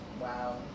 wow